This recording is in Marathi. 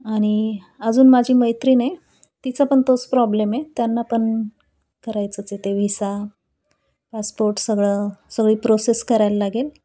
आणि अजून माझी मैत्रीण आहे तिचा पण तोच प्रॉब्लेम आहे त्यांना पण करायचंच आहे ते व्हिसा पासपोर्ट सगळं सगळी प्रोसेस करायला लागेल